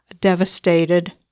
devastated